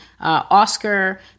Oscar